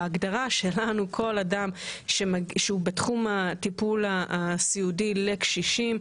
בהגדרה שלנו כל אדם שהוא בתחום הטיפול הסיעודי לקשישים,